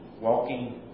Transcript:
walking